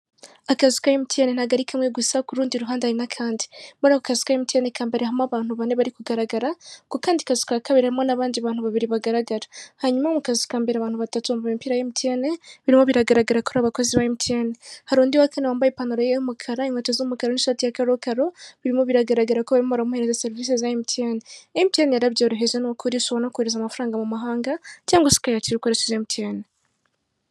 Akazu ka emutiyene ntago ari kamwe gusa kurundi ruhande hari n'akandi, muri ako kazu ka emutiyene kambere harimo abantu bane bari kugaragara kukandi kazu kakabiri hari abandi bantu babiri bagaragara, hanyuma mukazu kambere abantu bambaye imipira ya emutiyene birimo biragaragara ko ari abakozi ba emutiyene, hari undi wa kane wambaye ipantaro y'umukara, inkweto z'umukara, n'ishati ya karokaro birimo biragaragara ko bari kumuha serivise za emutiyene, emutiyeni yarabyoroheje n'ukuri shobora no kohereza amafaranga mu amahanga cyangwa se ukayakira ukoresheje emutiyene.